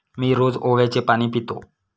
मी रोज ओव्याचे पाणी पितो